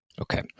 Okay